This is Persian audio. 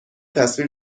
تصویر